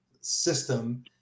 system